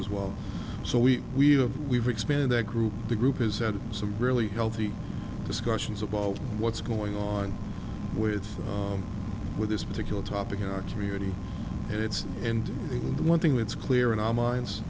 as well so we we have we've expand that group the group has had some really healthy discussions about what's going on with with this particular topic in our community and it's and one thing that's clear in our minds